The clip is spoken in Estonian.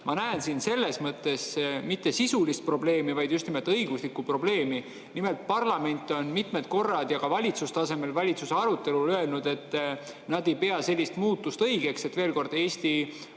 Ma näen siin selles mõttes mitte sisulist probleemi, vaid just nimelt õiguslikku probleemi. Nimelt, parlament on mitmed korrad ja ka valitsuse tasemel, valitsuse arutelul öelnud, et nad ei pea sellist muutust õigeks. Veel kord: ma